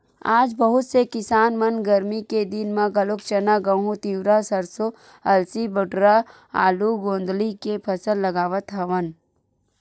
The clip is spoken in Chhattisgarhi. आज बहुत से किसान मन गरमी के दिन म घलोक चना, गहूँ, तिंवरा, सरसो, अलसी, बटुरा, आलू, गोंदली के फसल लगावत हवन